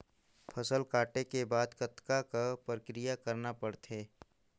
फसल काटे के बाद कतना क प्रक्रिया करना पड़थे?